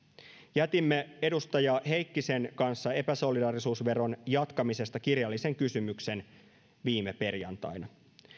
jätimme edustaja heikkisen kanssa epäsolidaarisuusveron jatkamisesta kirjallisen kysymyksen viime perjantaina